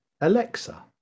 Alexa